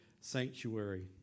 sanctuary